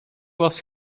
was